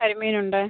കരിമീനുണ്ട്